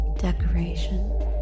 decoration